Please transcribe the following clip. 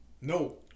No